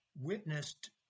witnessed